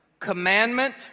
commandment